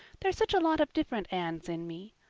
there's such a lot of different annes in me.